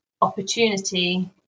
opportunity